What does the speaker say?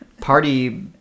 party